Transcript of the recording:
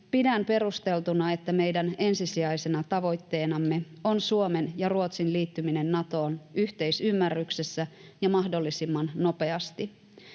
Pidän perusteltuna, että meidän ensisijaisena tavoitteenamme on Suomen ja Ruotsin liittyminen Natoon yhteisymmärryksessä ja mahdollisimman nopeasti.